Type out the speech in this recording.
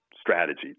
strategy